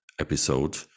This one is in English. episode